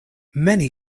many